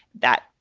that,